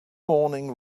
morning